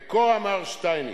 וכה אמר שטייניץ,